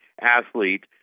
athlete